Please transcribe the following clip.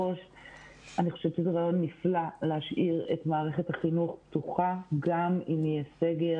אני חושב שזה רעיון נפלא להשאיר את מערכת החינוך פתוחה גם אם יהיה סגר